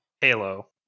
Halo